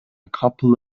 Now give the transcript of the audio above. couple